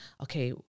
okay